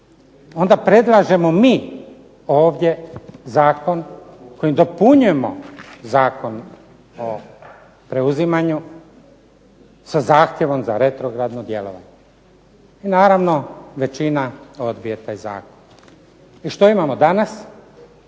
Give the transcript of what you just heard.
onda predlažemo mi ovdje zakon kojim dopunjujemo Zakon o preuzimanju sa zahtjevom za retrogradno djelovanje. I naravno, većina odbije taj zakon. I što imamo danas?